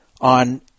on